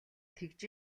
тэгж